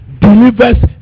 Delivers